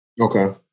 Okay